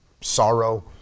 sorrow